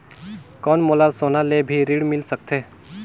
कौन मोला सोना ले भी ऋण मिल सकथे?